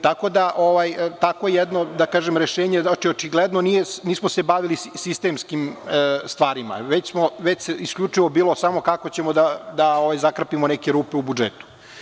Tako da, takvo jedno rešenje znači da se očigledno nismo bavili sistemskim stvarima, već je isključivo bilo samo kako ćemo da zakrpimo neke rupe u budžetu.